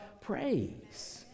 praise